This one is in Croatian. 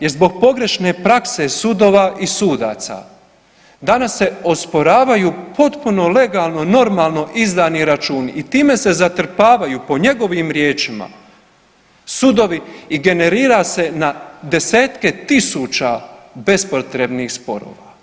Jer zbog pogrešne prakse sudova i sudaca danas se osporavaju potpuno legalno normalno izdani računi i time se zatrpavaju po njegovim riječima sudovi i generira se na desetke tisuća bespotrebnih sporova.